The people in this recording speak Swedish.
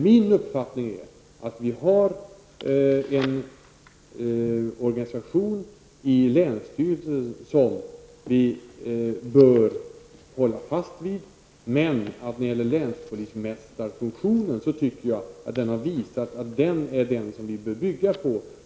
Min uppfattning är att vi har en organisation i länsstyrelsen som vi bör hålla fast vid men att det har visat sig att länspolismästarfunktionen är den som vi bör bygga på.